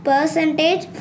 Percentage